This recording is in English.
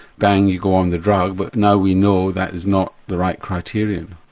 bang you go on the drug. but now we know that is not the right criterion.